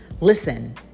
Listen